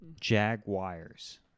Jaguars